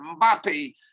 mbappe